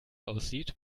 aussieht